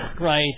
Right